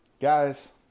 Guys